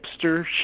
hipster